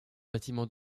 bâtiments